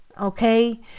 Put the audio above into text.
okay